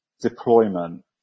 deployment